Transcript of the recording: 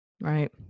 Right